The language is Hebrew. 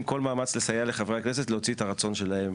כל מאמץ לסייע לחברי הכנסת להוציא את הרצון שלהם